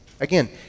Again